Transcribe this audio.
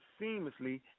seamlessly